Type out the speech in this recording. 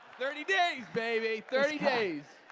thirty days, baby. thirty days.